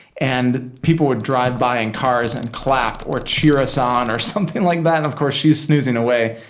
and people would drive by in cars and clap or cheer us on or something like that. and of course, she's snoozing away,